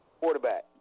Quarterback